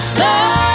love